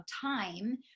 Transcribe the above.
time